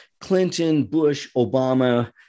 Clinton-Bush-Obama